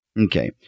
Okay